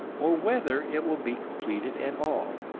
or whether it will be completed at all.